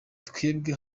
twebwe